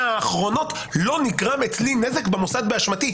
האחרונות לא נגרם אצלי נזק במוסד באשמתי.